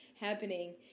happening